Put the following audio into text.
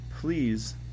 Please